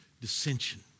dissension